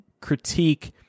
critique